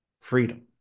freedom